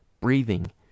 breathing